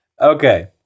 Okay